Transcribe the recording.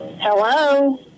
Hello